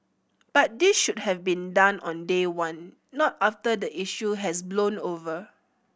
but this should have been done on day one not after the issue has blown over